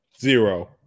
Zero